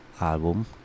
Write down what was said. album